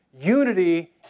unity